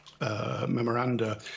memoranda